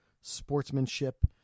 sportsmanship